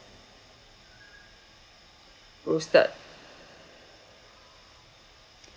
roasted